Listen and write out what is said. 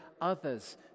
others